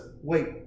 wait